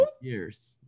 years